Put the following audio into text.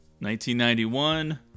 1991